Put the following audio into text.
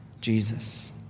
Jesus